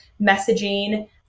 messaging